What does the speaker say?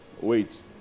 Wait